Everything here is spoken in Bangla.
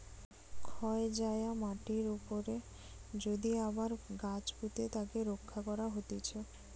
ক্ষয় যায়া মাটির উপরে যদি আবার গাছ পুঁতে তাকে রক্ষা করা হতিছে